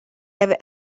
have